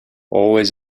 always